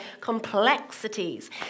complexities